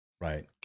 right